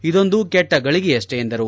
ಇದೊಂದು ಕೆಟ್ಟ ಗಳಿಗೆಯಷ್ಟೇ ಎಂದರು